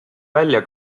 välja